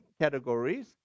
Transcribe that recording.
categories